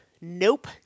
Nope